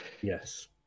yes